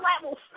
levels